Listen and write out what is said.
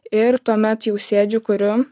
ir tuomet jau sėdžiu kuriu